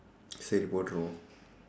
சரி போட்டுருவோம்:sari pootduruvoom